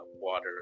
water